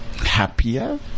Happier